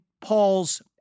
Paul's